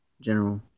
general